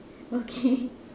okay